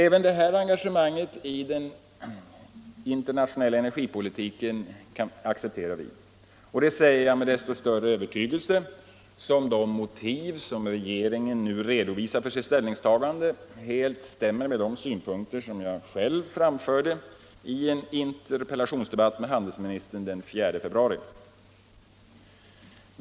Även det engagemanget i den internationella energipolitiken accepterar vi, och det säger jag med desto större övertygelse som de motiv regeringen nu redovisar för sitt ställningstagande helt stämmer med de synpunkter som jag själv framförde i en interpellationsdebatt med handelsministern den 4 februari.